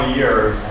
years